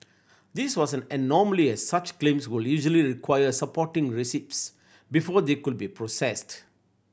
this was an anomaly as such claims would usually require supporting receipts before they could be processed